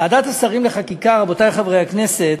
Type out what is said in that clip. ועדת השרים לחקיקה, רבותי חברי הכנסת,